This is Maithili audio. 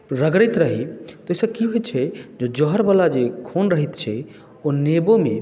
रगड़ैत रही ताहिसँ की होइत छै जे जहरवला जे खून रहैत छै ओ नेबोमे